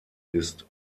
ist